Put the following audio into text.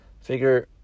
figure